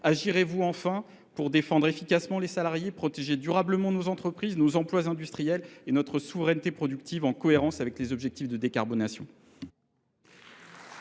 Agirez vous enfin pour défendre efficacement les salariés, protéger durablement nos entreprises, nos emplois industriels et notre souveraineté productive, en cohérence avec les objectifs de décarbonation ?